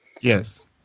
Yes